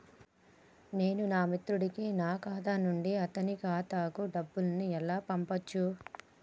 నేను నా మిత్రుడి కి నా ఖాతా నుండి అతని ఖాతా కు డబ్బు ను ఎలా పంపచ్చు?